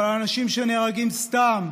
אבל אנשים שנהרגים סתם,